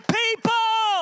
people